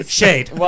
shade